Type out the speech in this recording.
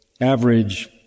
average